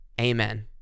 amen